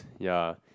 ya